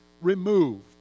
removed